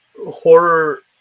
horror